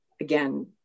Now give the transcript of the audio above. Again